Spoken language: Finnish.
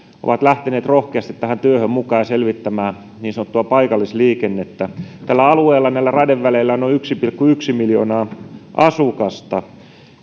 ovat lähteneet rohkeasti tähän työhön mukaan ja selvittämään niin sanottua paikallisliikennettä tällä alueella näillä raideväleillä on noin yksi pilkku yksi miljoonaa asukasta